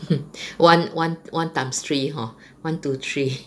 one one one times three hor one to three